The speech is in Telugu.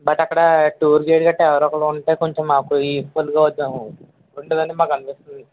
బట్ అక్కడ టూర్ గైడ్ గట్టా ఎవరికి వాళ్ళు ఉంటే కొంచెం మాకు యూజ్ఫుల్గా అవుద్ద ఉంటుందని మాకు అనిపిస్తుంది